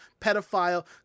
pedophile